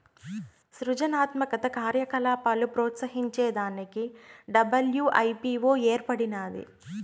సృజనాత్మక కార్యకలాపాలు ప్రోత్సహించే దానికి డబ్ల్యూ.ఐ.పీ.వో ఏర్పడినాది